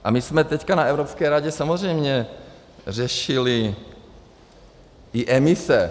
A my jsme teďka na Evropské radě samozřejmě řešili i emise.